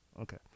Okay